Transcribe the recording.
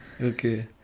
Okay